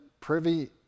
privy